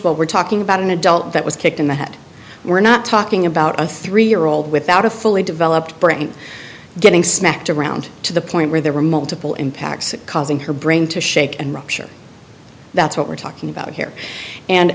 distinguishable we're talking about an adult that was kicked in the head we're not talking about a three year old without a fully developed brain getting smacked around to the point where there were multiple impacts causing her brain to shake and rupture that's what we're talking about here and